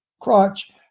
crotch